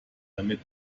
damit